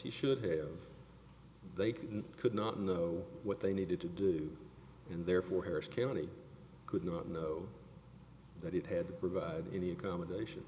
he should have they couldn't could not know what they needed to do and therefore harris county could not know that it had to provide any accommodation